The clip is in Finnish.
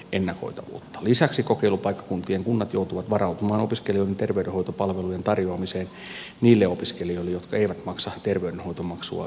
lisäksi kokeilupaikkakuntien kunnat joutuvat varautumaan opiskelijoiden terveydenhoitopalvelujen tarjoamiseen niille opiskelijoille jotka eivät maksa terveydenhoitomaksua ythslle